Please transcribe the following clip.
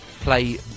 play